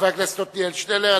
חבר הכנסת עתניאל שנלר.